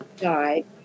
died